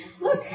look